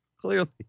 Clearly